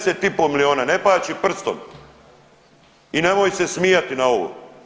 10,5 milijuna, ne paći prstom i nemoj se smijati na ovo.